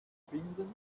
finden